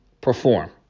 perform